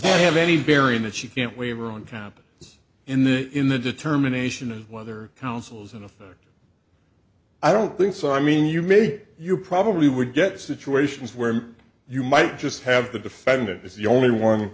that have any bearing that she can't we were on top in the in the determination of whether councils in the third i don't think so i mean you may you probably would get situations where you might just have the defendant is the only one